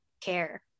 care